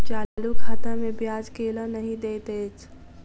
चालू खाता मे ब्याज केल नहि दैत अछि